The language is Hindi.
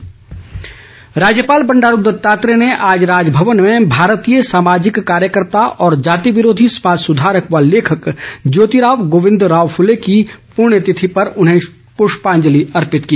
पुष्पांजलि राज्यपाल बंडारू दत्तात्रेय ने आज राजभवन में भारतीय सामाजिक कार्यकर्ता और जाति विरोधी समाज सधारक व लेखक ज्योतिराव गोविंदराव फ़ले की पृण्य तिथि पर उन्हें पृष्पांजलि अर्पित की